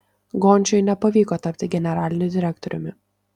gončiui nepavyko tapti generaliniu direktoriumi